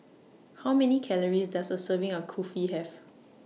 How Many Calories Does A Serving of Kulfi Have